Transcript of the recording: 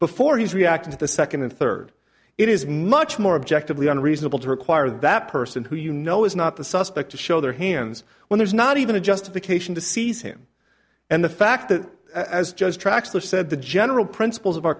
before he's reacting to the second and third it is much more objective than reasonable to require that person who you know is not the suspect to show their hands when there's not even a justification to seize him and the fact that as joe's traxler said the general principles of our